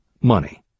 money